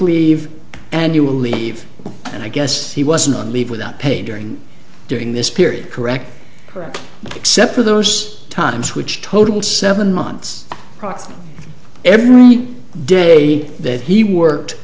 leave and you will leave and i guess he wasn't on leave without pay during during this period correct correct except for those times which totaled seven months every day that he worked